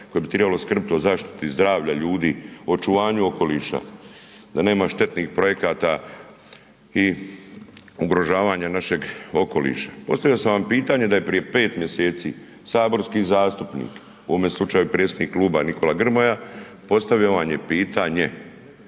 koje bi trebalo skrbiti o zaštiti zdravlja ljudi, očuvanju okoliša, da nema štetnih projekata i ugrožavanja našeg okoliša. Postavio sam vam pitanje da je prije 5 mjeseci saborski zastupnik, u ovome slučaju predsjednik kluba Nikola Grmoja, postavio vam je pitanje